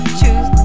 choose